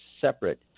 separate